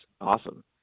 awesome